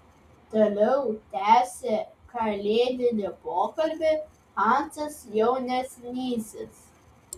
toliau tęsė kalėdinį pokalbį hansas jaunesnysis